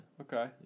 Okay